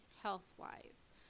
health-wise